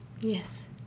yes